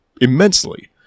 immensely